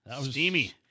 Steamy